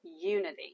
unity